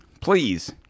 please